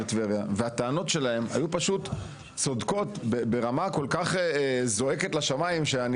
טבריה והטענות שלהם היו פשוט צודקות ברמה כל כך זועקת לשמים שאני